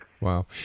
Wow